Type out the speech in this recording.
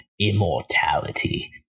immortality